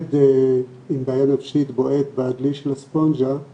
כשילד עם בעיה נפשית בועט בדלי של הספונג'ה הוא